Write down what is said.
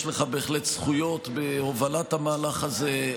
יש לך בהחלט זכויות בהובלת המהלך הזה.